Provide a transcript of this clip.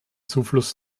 zufluss